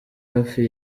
hafi